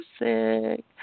music